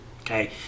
Okay